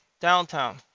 downtown